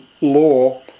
law